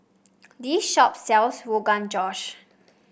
this shop sells Rogan Josh